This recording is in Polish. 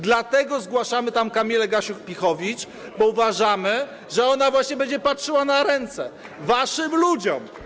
Dlatego zgłaszamy kandydaturę Kamili Gasiuk-Pihowicz, bo uważamy, że ona właśnie będzie patrzyła na ręce waszym ludziom.